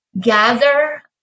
gather